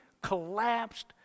collapsed